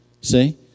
See